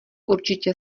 určitě